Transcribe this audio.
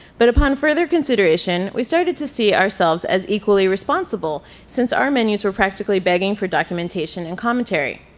but upon further consideration, we started to see ourselves as equally responsible since our menus were practically begging for documentation and commentary.